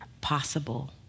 possible